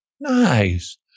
Nice